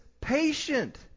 patient